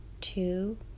two